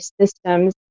systems